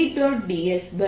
dS4πCe λr છે